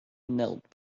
knelt